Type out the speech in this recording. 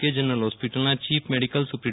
કે જનરલ હોસ્પિટલના chief medical સુપ્રિ